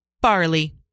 Barley